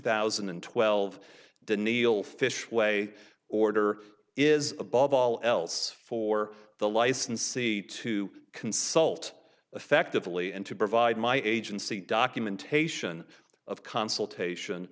thousand and twelve deniel fish way order is above all else for the license see to consult effectively and to provide my agency documentation of consultation